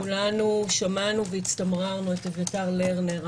כולנו שמענו והצטמררנו על אביתר לרנרר,